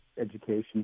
education